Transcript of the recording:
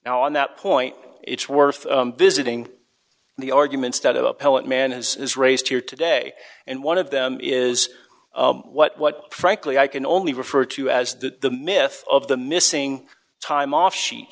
now on that point it's worth visiting the arguments that appellate man has is raised here today and one of them is what frankly i can only refer to as the myth of the missing time off she